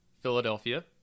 Philadelphia